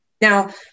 Now